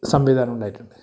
സംവിധാനമുണ്ടായിട്ടുണ്ട്